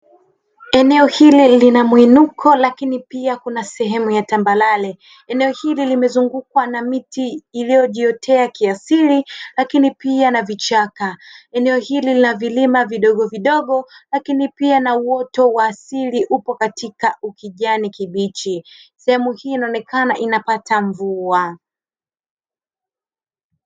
Eneo hili lina mwinuko lakini pia kuna sehemu ya tambarare, eneo hili limezungukwa na miti iliyojiotea kiasili lakini pia na vichaka, eneo hili lina vilima vidogovidogo lakini pia na uoto wa asili upo katika ukijani kibichi sehemu hii inaonekana inapata mvua.